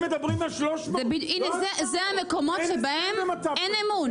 הם מדברים על 300. הנה זה המקומות שבהם אין אמון.